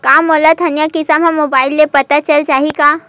का मोला धनिया किमत ह मुबाइल से पता चल जाही का?